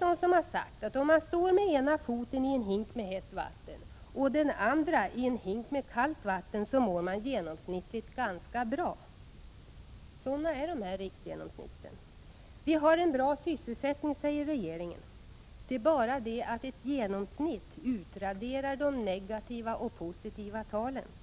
Någon har sagt att om man står med ena foten i en hink med hett vatten och den andra i en hink med kallt vatten så mår man genomsnittligt ganska bra. Sådana är de här riksgenomsnitten. Vi har en bra sysselsättning, säger regeringen. Det är bara det att ett genomsnitt utraderar de negativa och de positiva talen.